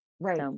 Right